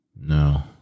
No